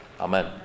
Amen